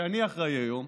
שאני אחראי היום,